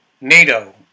NATO